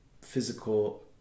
physical